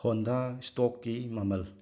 Honda ꯁ꯭ꯇꯣꯛꯀꯤ ꯃꯃꯜ